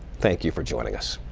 thank you for joining us.